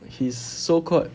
his so called